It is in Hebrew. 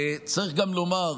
צריך גם לומר,